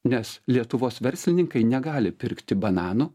nes lietuvos verslininkai negali pirkti bananų